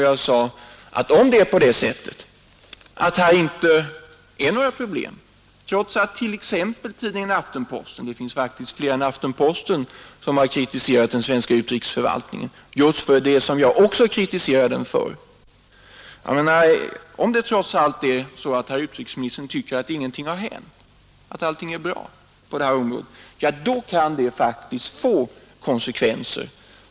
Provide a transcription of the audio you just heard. Jag framhöll också, att om det inte uppkommit några problem trots att bl.a. tidningen Aftenposten påstår det — och det finns fler tidningar än Aftenposten som kritiserat den svenska utrikesförvaltningen för samma sak — och om herr utrikesministern trots allt tycker att ingenting har hänt och att allt är bra på detta område, så kan detta faktiskt få konsekvenser.